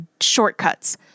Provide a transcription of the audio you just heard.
shortcuts